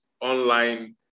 online